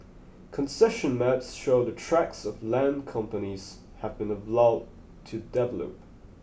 concession maps show the tracts of land companies have been allowed to develop